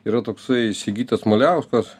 yra toksai sigitas maliauskas